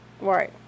Right